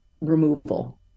removal